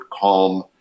calm